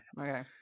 Okay